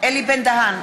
אלי בן-דהן,